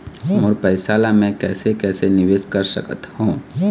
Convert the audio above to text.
मोर पैसा ला मैं कैसे कैसे निवेश कर सकत हो?